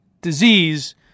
disease –